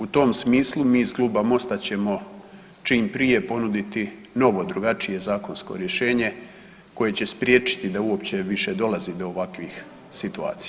U tom smislu mi iz Kluba Mosta ćemo čim prije ponuditi novo drugačije zakonsko rješenje koje će spriječiti da uopće više dolazi do ovakvih situacija.